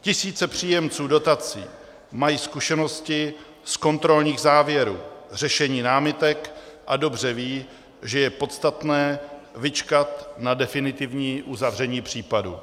Tisíce příjemců dotací mají zkušenosti z kontrolních závěrů, řešení námitek a dobře vědí, že je podstatné vyčkat na definitivní uzavření případu.